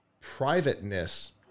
privateness